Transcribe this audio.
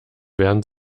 werden